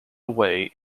away